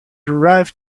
arrived